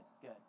good